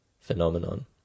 phenomenon